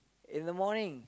in the morning